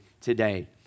today